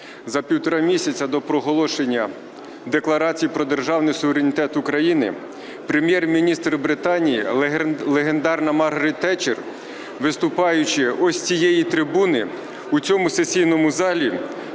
за півтора місяця до проголошення Декларації про державний суверенітет України, Прем’єр-міністр Британії легендарна Маргарет Тетчер, виступаючи ось з цієї трибуни у цьому сесійному залі,